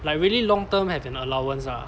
like really long term have an allowance ah